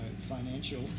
financial